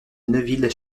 neuville